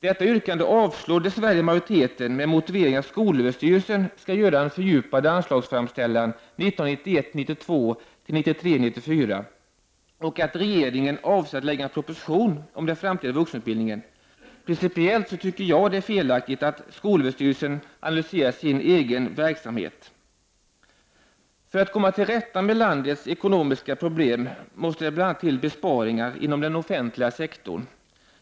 Detta yrkande avstyrks dess värre av majoriteten med motiveringen att skolöverstyrelsen skall göra en fördjupad anslagsframställan 1991 94 och att regeringen avser att lägga fram en proposition om den framtida vuxenutbildningen. Principiellt anser jag att det är felaktigt att skolöverstyrelsen analyserar sin egen verksamhet. För att man kunna komma till rätta med landets ekonomiska problem måste det bl.a. till besparingar i den offentliga sektorn.